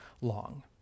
long